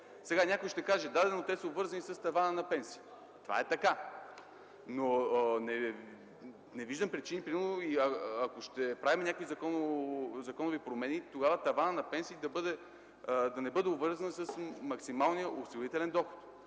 Сега някой ще каже: Да де, но те са обвързани с тавана на пенсиите. Това е така, но не виждам причини, ако ще правим някакви законови промени, тогава таванът на пенсиите да не бъде обвързан с максималния осигурителен доход.